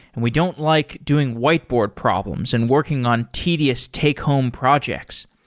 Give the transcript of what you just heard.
and we don't like doing whiteboard problems and working on tedious take home projects.